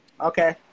okay